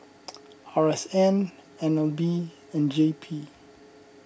R S N N L B and J P